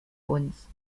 uns